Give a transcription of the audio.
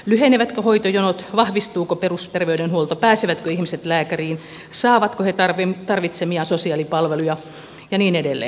lyhenevätkö hoitojonot vahvistuuko perusterveydenhuolto pääsevätkö ihmiset lääkäriin saavatko he tarvitsemiaan sosiaalipalveluja ja niin edelleen